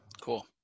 Cool